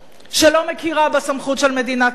שלא מכירה בסמכות של מדינת ישראל,